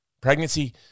Pregnancy